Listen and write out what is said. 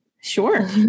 Sure